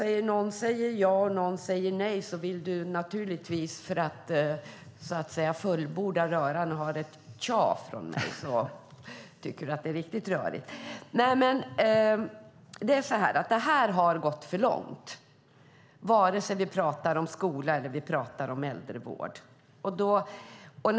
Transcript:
När någon säger ja och någon säger nej vill Kenneth Johansson, för att så att säga fullborda röran, naturligtvis ha ett tja från mig. Låt mig säga att det gått för långt när vi talar både om skolan och om äldrevården.